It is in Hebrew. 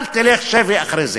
אל תלך שבי אחרי זה.